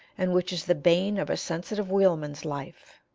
and which is the bane of a sensitive wheelman's life.